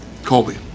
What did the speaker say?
Colby